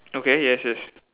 okay yes yes